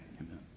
Amen